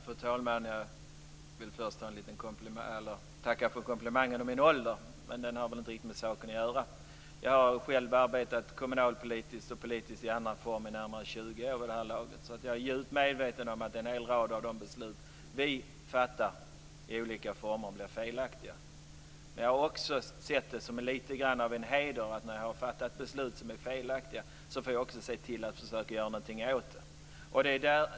Fru talman! Jag vill först tacka för komplimangen om min ålder, men den har väl inte riktigt med saken att göra. Jag har själv arbetat kommunalpolitiskt och politiskt i andra former i närmare 20 vid det här laget. Jag är därför väl medveten om att en hel rad av de beslut som vi fattar i olika former blir felaktiga. Men jag har också sett det som lite grann av en heder att när jag har fattat beslut som är felaktiga så får jag också se till att försöka göra något åt dem.